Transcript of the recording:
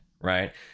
right